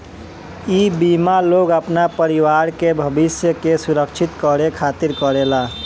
इ बीमा लोग अपना परिवार के भविष्य के सुरक्षित करे खातिर करेला